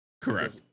Correct